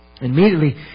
Immediately